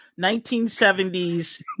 1970s